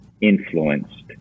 influenced